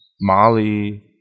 Molly